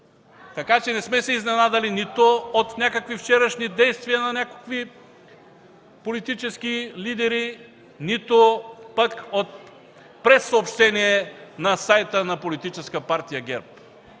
Така че не сме се изненадали нито от някакви вчерашни действия на някакви политически лидери, нито от прессъобщение на сайта на Политическа партия ГЕРБ.